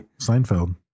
Seinfeld